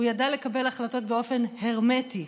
הוא ידע לקבל החלטות באופן הרמטי.